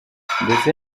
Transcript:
ndetse